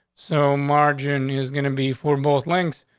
so margin is gonna be for both links.